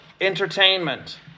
entertainment